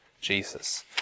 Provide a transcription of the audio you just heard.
Jesus